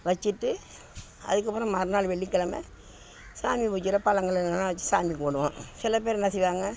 வெச்சுட்டு அதுக்கப்புறம் மறுநாள் வெள்ளிக்கெழம சாமிக்கு வைக்கிற பழங்கிலங்கள்லாம் வெச்சு சாமி கும்பிடுவோம் சில பேர் என்ன செய்வாங்க